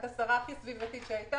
את השרה הכי סביבתית שהייתה,